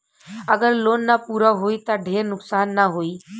अगर लोन ना पूरा होई त ढेर नुकसान ना होई